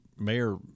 mayor